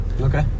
Okay